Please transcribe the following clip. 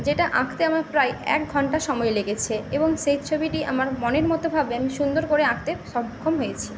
যেটা আঁকতে আমার প্রায় একঘন্টা সময় লেগেছে এবং সেই ছবিটি আমার মনের মতো ভাবে আমি সুন্দর করে আঁকতে সক্ষম হয়েছি